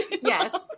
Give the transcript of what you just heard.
Yes